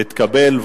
נתקבל.